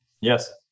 Yes